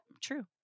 true